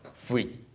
free.